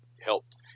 helped